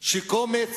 זה שקומץ